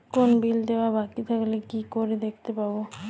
কোনো বিল দেওয়া বাকী থাকলে কি করে দেখতে পাবো?